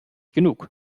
genug